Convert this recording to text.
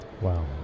Wow